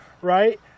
right